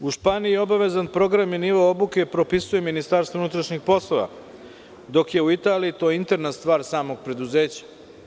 U Španiji obavezan program i nivo obuke propisuje Ministarstvo unutrašnjih poslova, dok je u Italiji to interna stvar samog preduzeća.